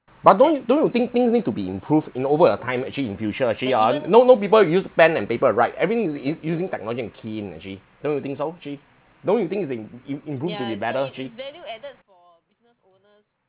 but don't don't you think things need to be improved in over a time actually in future actually ah no no people will use pen and paper write every is using technology and key in actually don't you think so jay don't you think it's a im~ im~ improved to be better jay